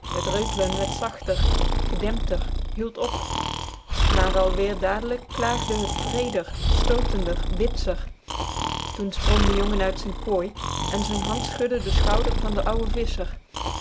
het reutlen werd zachter gedempter hield op maar alweer daadlijk klaagde t wreeder stootender bitser toen sprong de jongen uit z'n kooi en z'n hand schudde den schouder van den ouwen